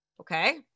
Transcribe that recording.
Okay